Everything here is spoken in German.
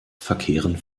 verkehren